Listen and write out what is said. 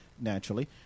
naturally